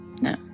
No